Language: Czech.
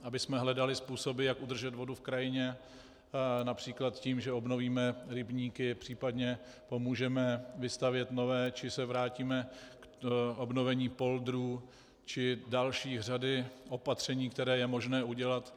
Abychom hledali způsoby, jak udržet vodu v krajině například tím, že obnovíme rybníky, případně pomůžeme vystavět nové, či se vrátíme k obnovení poldrů, či další řady opatření, které je možné udělat.